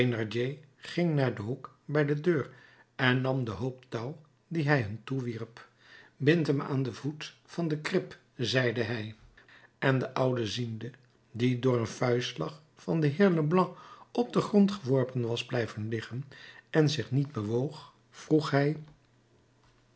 ging naar den hoek bij de deur en nam den hoop touw dien hij hun toewierp bindt hem aan den voet van de krib zeide hij en den oude ziende die door den vuistslag van den heer leblanc op den grond geworpen was blijven liggen en zich niet bewoog vroeg hij